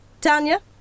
Tanya